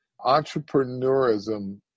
entrepreneurism